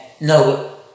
no